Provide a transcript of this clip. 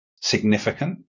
significant